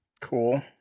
Cool